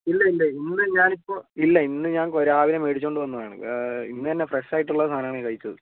ഇല്ല ഇല്ല ഇന്ന് ഞാനിപ്പോൾ ഇല്ല ഇന്ന് ഞാൻ രാവിലെ മേടിച്ച് കൊണ്ട് വന്നതാണ് ആ ഇന്ന് തന്നെ ഫ്രഷ് ആയിട്ടുള്ള സാധനമാണ് കഴിച്ചത്